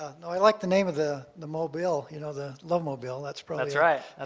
ah now i like the name of the the mobile, you know the love mobile. that's right, that's right,